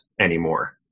anymore